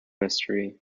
mystery